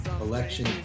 Election